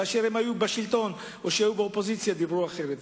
וכאשר היו בשלטון או באופוזיציה דיברו אחרת.